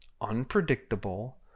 unpredictable